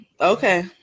Okay